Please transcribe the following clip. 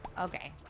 okay